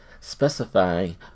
Specifying